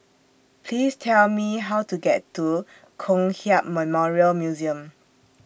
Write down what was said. Please Tell Me How to get to Kong Hiap Memorial Museum